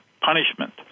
punishment